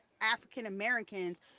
African-Americans